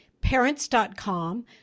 Parents.com